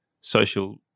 social